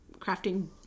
crafting